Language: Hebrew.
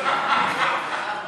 זה חרטא